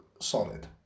solid